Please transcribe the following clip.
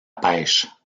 pêche